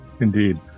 Indeed